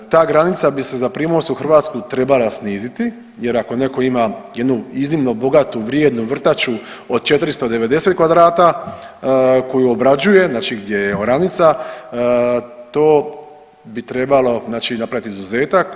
Ta granica bi se za primorsku Hrvatsku trebala sniziti jer ako neko ima jednu iznimno bogatu i vrijednu vrtaču od 490 kvadrata koju obrađuje znači gdje je oranica to bi trebalo znači napraviti izuzetak.